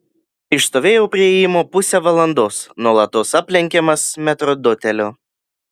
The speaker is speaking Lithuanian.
išstovėjau prie įėjimo pusę valandos nuolatos aplenkiamas metrdotelio